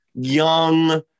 young